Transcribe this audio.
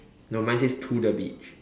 no mine says to the beach